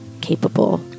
capable